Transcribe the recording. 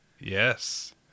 Yes